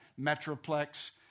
Metroplex